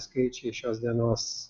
skaičiai šios dienos